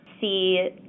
see